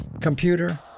computer